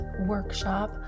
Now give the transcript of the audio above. Workshop